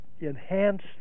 enhance